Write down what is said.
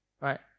right